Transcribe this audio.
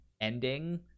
ending